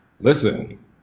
listen